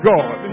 God